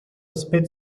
spit